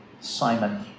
simon